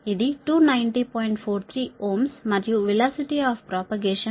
43 Ω మరియు velocity of propagation v 1LC